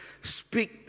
Speak